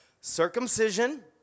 circumcision